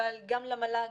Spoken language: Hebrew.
אבל גם למל"ג,